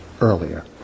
earlier